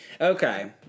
Okay